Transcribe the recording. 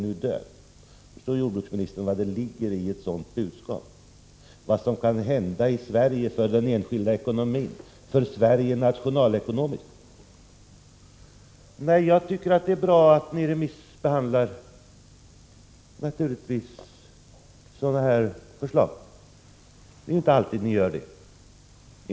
— Förstår jordbruksministern vad det ligger i ett sådant budskap, vad som kan hända i Sverige för den enskilda ekonomin och för Sveriges nationalekonomi? Jag tycker naturligtvis att det är bra att ni remissbehandlar utredningsförslag. Det är inte alltid ni gör det.